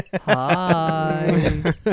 Hi